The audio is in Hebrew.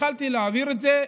התחלתי להעביר את זה.